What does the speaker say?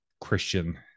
Christian